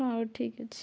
ହଉ ଠିକ୍ ଅଛି